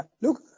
Look